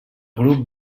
grup